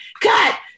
cut